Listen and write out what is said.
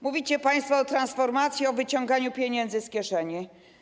Mówicie państwo o transformacji, o wyciąganiu pieniędzy z kieszeni.